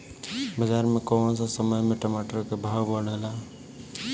बाजार मे कौना समय मे टमाटर के भाव बढ़ेले?